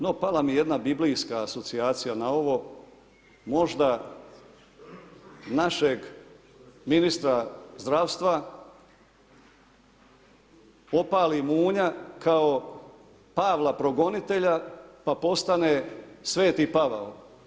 No pala mi je jedna biblijska asocijacija na ovo, možda našeg ministra zdravstva opali munja kao Pavla progonitelja pa postane Sv. Pavao.